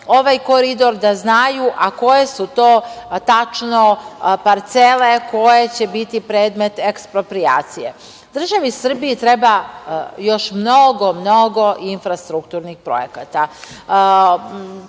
ovaj Koridor, da znaju, a koje su to tačno parcele koje će biti predmet eksproprijacije. Državi Srbiji treba još mnogo, mnogo infrastrukturnih projekata.